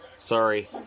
sorry